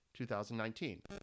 2019